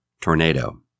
Tornado